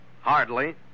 Hardly